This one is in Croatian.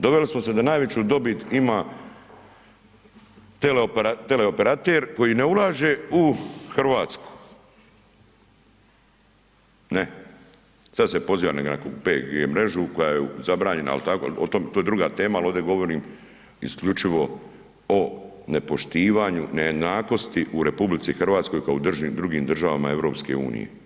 Doveli smo se da najveću dobit ima tele operater koji ne ulaže u RH, ne, sad se poziva na nekakvu PG mrežu koja je zabranjena al tako, o tom, to je druga tema, al ovdje govorim isključivo o nepoštivanju, nejednakosti u RH kao u drugim državama EU.